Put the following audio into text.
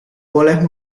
boleh